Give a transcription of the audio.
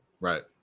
right